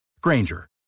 Granger